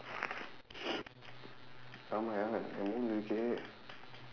ஆமா:aamaa இருக்கு:irukku